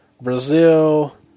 Brazil